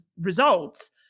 results